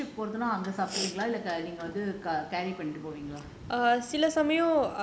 அப்போ நீங்க போறதா இருந்தா அங்க சப்டுபீங்களா இல்ல:appo neenga poratha iruntha anga saaputingala illa carry ah பண்ணிட்டு போவிங்களா:pannittu povingalaa